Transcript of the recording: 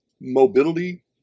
mobility